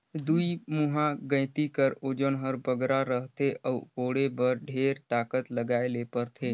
दुईमुहा गइती कर ओजन हर बगरा रहथे अउ कोड़े बर ढेर ताकत लगाए ले परथे